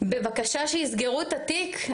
בבקשה שיסגרו את התיק.